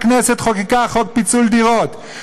הכנסת חוקקה חוק פיצול דירות,